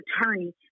attorney